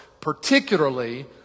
Particularly